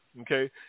Okay